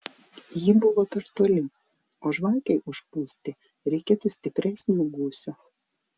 ji buvo per toli o žvakei užpūsti reikėtų stipresnio gūsio